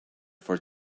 for